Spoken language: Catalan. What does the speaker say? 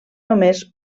només